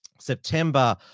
September